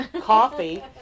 coffee